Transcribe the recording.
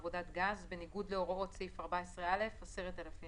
שקיבולתו עולה15,000 על 1,000 ליטרים,